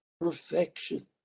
perfection